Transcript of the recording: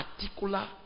particular